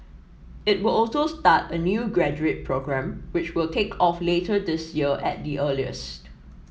it will also start a new graduate programme which will take off later this year at the earliest